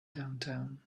downtown